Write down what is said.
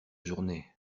journée